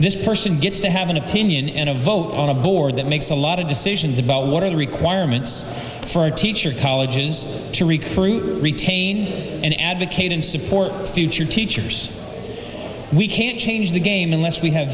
this person gets to have an opinion in a vote on a board that makes a lot of decisions about what are the requirements for teacher colleges to recruit retain and advocate and support future teachers we can't change the game unless we have